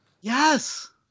Yes